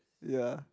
ya